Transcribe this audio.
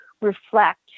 reflect